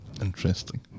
Interesting